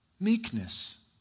meekness